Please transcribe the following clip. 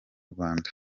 rwanda